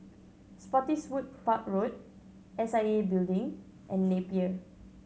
Spottiswoode Park Road S I A Building and Napier